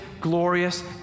glorious